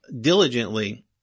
diligently